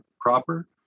proper